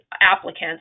applicants